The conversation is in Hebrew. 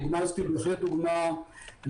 הדוגמה הזאת היא בהחלט דוגמה --- יוסי,